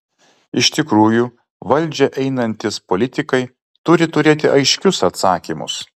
iš tikrųjų valdžią einantys politikai turi turėti aiškius atsakymus